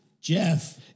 Jeff